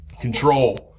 control